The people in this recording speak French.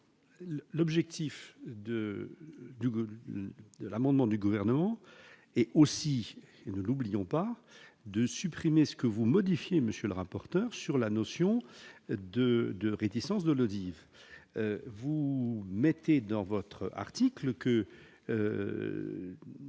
goût de l'amendement du gouvernement et, aussi, ne l'oublions pas de supprimer ce que vous modifiez, monsieur le rapporteur sur la notion de de réticences de l'audit, vous mettez dans votre article que